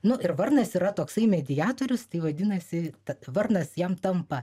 nu ir varnas yra toksai mediatorius tai vadinasi tad varnas jam tampa